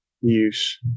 use